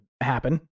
happen